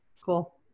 cool